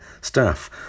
staff